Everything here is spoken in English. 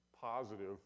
positive